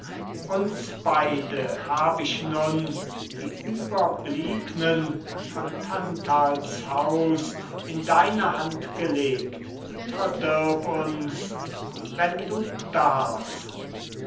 uns beide hab ich nun die überbliebnen von tantals haus in deine hand gelegt verdirb uns wenn du darfst